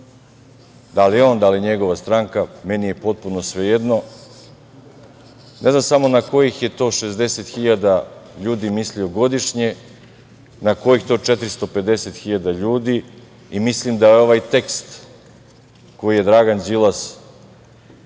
da li on, da li njegova stranka, meni je potpuno svejedno. Ne znam samo na kojih je to 60.000 ljudi mislio godišnje, na kojih to 450.000 ljudi? Mislim da je ovaj tekst koji je Dragan Đilas objavio